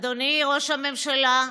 אדוני ראש הממשלה,